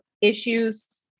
issues